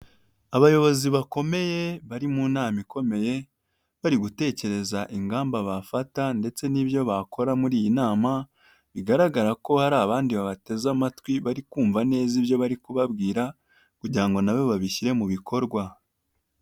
Abayobozi bakomeye bari mu nama ikomeye bari gutekereza ingamba bafata ndetse n'ibyo bakora muri iyi nama, bigaragara ko hari abandi babateze amatwi bari kumva neza ibyo bari kubabwira kugira ngo nabo babishyire mu bikorwa.